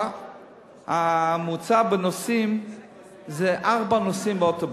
ממוצע הנוסעים זה ארבעה נוסעים באוטובוס.